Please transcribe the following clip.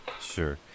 Sure